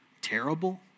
terrible